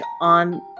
on